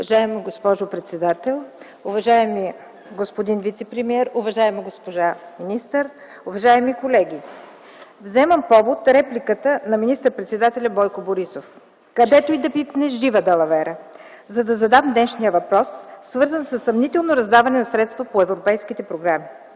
Уважаема госпожо председател, уважаеми господин вицепремиер, уважаема госпожо министър, уважаеми колеги! Вземам повод от репликата на министър-председателя Бойко Борисов: „Където и да пипнеш, жива далавера”, за да задам днешния въпрос, свързан със съмнително раздаване на средства по европейските програми.